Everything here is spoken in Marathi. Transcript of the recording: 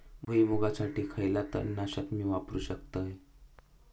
भुईमुगासाठी खयला तण नाशक मी वापरू शकतय?